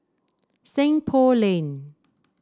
Seng Poh Lane